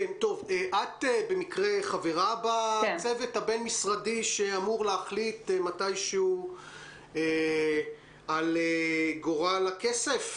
את במקרה חברה בצוות הבין-משרדי שאמור להחליט מתישהו על גורל הכסף?